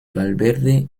valverde